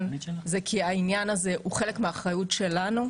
זה מכיוון שהעניין הזה הוא חלק מהאחריות שלנו,